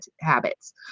habits